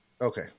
Okay